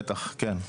בטח, כן.